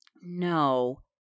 No